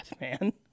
man